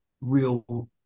real